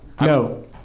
No